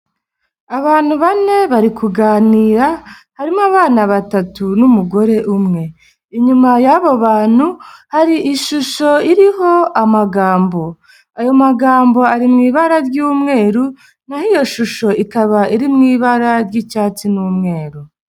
Abantu bane bari kuganira harimo abana batatu n'umugore umwe, inyuma y'abo bantu hari ishusho iriho amagambo, ayo magambo ari mu ibara ry'umweru n'aho iyo shusho ikaba iri mu ibara ry'icyatsi n'umweru.